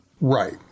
Right